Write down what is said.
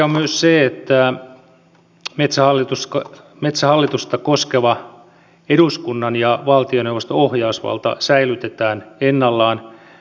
tärkeää on myös että metsähallitusta koskeva eduskunnan ja valtioneuvoston ohjausvalta säilytetään ennallaan